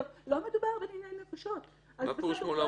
לא מדובר בדיני נפשות, אז בסדר,